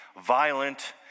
violent